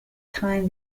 time